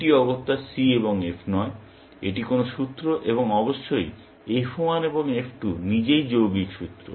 এটি অগত্যা C এবং F নয় এটি কোনো সূত্র এবং অবশ্যই f 1 এবং f 2 নিজেই যৌগিক সূত্র